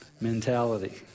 mentality